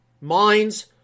minds